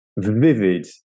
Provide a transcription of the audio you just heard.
vivid